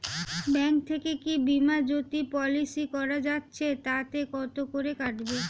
Bank থেকে কী বিমাজোতি পলিসি করা যাচ্ছে তাতে কত করে কাটবে?